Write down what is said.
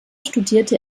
studierte